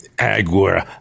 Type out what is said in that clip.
Agua